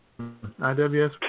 IWS